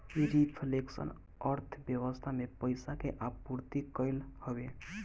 reflection अर्थव्यवस्था में पईसा के आपूर्ति कईल हवे